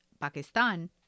Pakistan